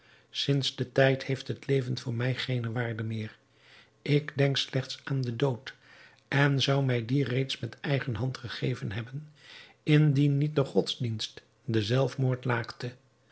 sinds dien tijd heeft het leven voor mij geene waarde meer ik denk slechts aan den dood en zou mij dien reeds met eigen hand gegeven hebben indien niet de godsdienst den zelfmoord laakte